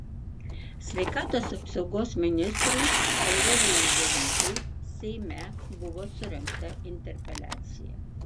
sveikatos apsaugos ministrui aurelijui verygai seime buvo surengta interpeliacija